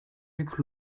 luc